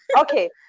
okay